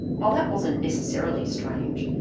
while that wasn't necessarily strange,